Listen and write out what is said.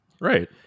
Right